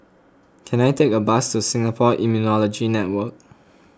can I take a bus to Singapore Immunology Network